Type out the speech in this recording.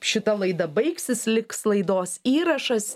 šita laida baigsis liks laidos įrašas